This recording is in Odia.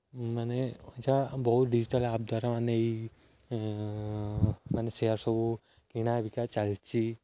ମାନେ ଯାହା ବହୁତ ଡିଜିଟାଲ୍ ଆପ୍ ଦ୍ୱାରା ମାନେ ଏହି ମାନେ ସେୟାର୍ ସବୁ କିଣାବିକା ଚାଲିଛି